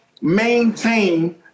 maintain